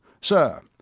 Sir